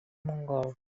mongol